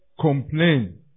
Complain